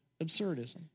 absurdism